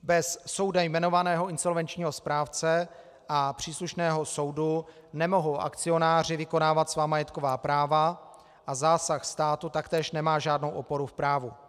Bez soudem jmenovaného insolvenčního správce a příslušného soudu nemohou akcionáři vykonávat svá majetková práva a zásah státu taktéž nemá žádnou oporu v právu.